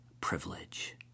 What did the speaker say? privilege